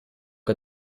che